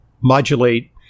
modulate